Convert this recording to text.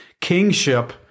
kingship